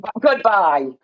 goodbye